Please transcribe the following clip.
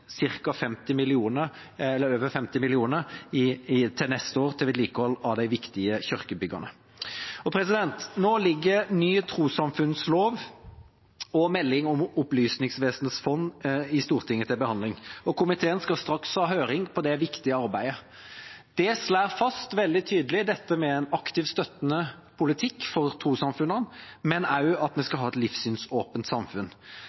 over 50 mill. kr til vedlikehold av de viktige kirkebyggene. Nå ligger ny trossamfunnslov og melding om Opplysningsvesenets fond i Stortinget til behandling, og komiteen skal straks ha høring om det viktige arbeidet. Det slår fast veldig tydelig dette med en aktivt støttende politikk for trossamfunnene, men også at vi skal ha et livssynsåpent samfunn.